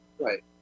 Right